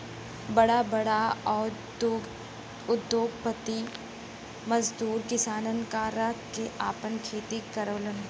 बड़ा बड़ा उद्योगपति मजदूर किसानन क रख के आपन खेती करावलन